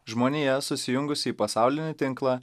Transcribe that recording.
žmonija susijungusi į pasaulinį tinklą